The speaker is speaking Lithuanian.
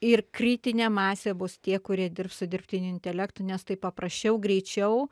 ir kritinė masė bus tie kurie dirbs su dirbtiniu intelektu nes taip paprasčiau greičiau